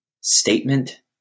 statement